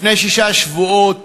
לפני שישה שבועות,